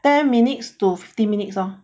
ten minutes to fifteen minutes long